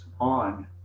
on